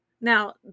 Now